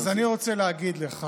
אז אני רוצה להגיד לך